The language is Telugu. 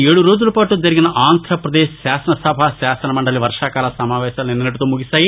ఏడు రోజుల పాట జరిగిన ఆంధ్రప్రదేశ్ శాసనసభ శాసనమండలి వర్వాకాల సమావేశాలు నిన్నటితో ముగిశాయి